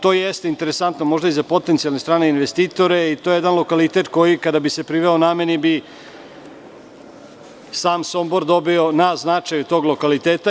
To jeste interesantno možda i za potencijalne strane investitore i to je jedan lokalitet, kada bi se priveo nameni, sam Sombor dobio na značaju tog lokaliteta.